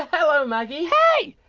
hello maggie. hey,